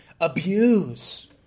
abuse